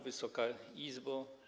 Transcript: Wysoka Izbo!